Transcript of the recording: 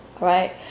right